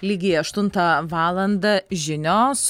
lygiai aštuntą valandą žinios